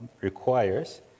requires